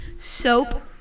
Soap